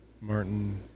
Martin